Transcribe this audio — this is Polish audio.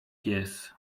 pies